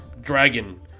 dragon